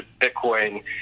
Bitcoin